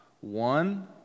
One